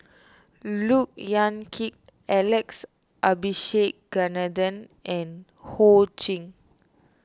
Look Yan Kit Alex Abisheganaden and Ho Ching